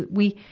we,